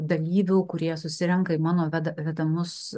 dalyvių kurie susirenka mano veda vedamus